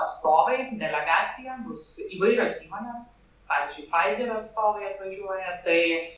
atstovai delegacija bus įvairios įmonės pavyzdžiui faizerio atstovai atvažiuoja tai